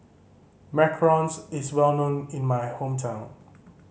macarons is well known in my hometown